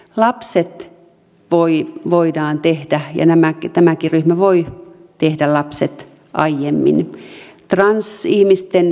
lapset voidaan tehdä ja tämäkin ryhmä voi tehdä lapset aiemmin